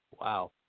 Wow